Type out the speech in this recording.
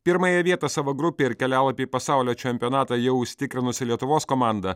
pirmąją vietą savo grupėje ir kelialapį į pasaulio čempionatą jau užsitikrinusi lietuvos komanda